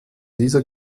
dieser